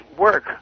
work